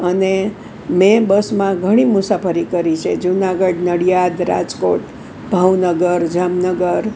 અને મેં બસમાં ઘણી મુસાફરી કરી છે જુનાગઢ નડિયાદ રાજકોટ ભાવનગર જામનગર